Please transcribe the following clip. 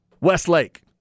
Westlake